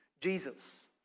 Jesus